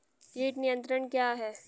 कीट नियंत्रण क्या है?